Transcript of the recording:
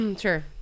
Sure